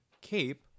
cape